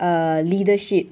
uh leadership